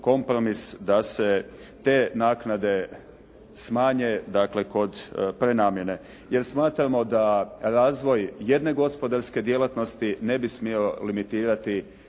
kompromis da se te naknade smanje dakle, kod prenamjene. Jer smatramo da razvoj jedne gospodarske djelatnosti ne bi smio limitirati